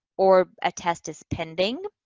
or a test is pending.